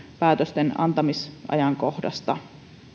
päätösten antamisajankohdasta